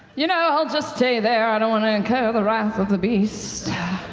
you know, i'll just stay there, i don't want to incur the wrath of the beast.